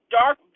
dark